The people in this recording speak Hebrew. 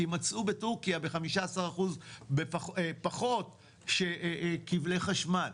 כי מצאו בתורכיה ב-15% פחות כבלי חשמל.